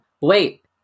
Wait